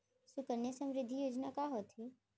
सुकन्या समृद्धि योजना का होथे